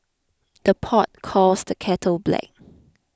the pot calls the kettle black